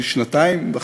אני שנתיים וחצי,